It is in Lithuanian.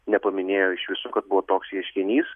nepaminėjo iš viso kad buvo toks ieškinys